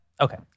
Okay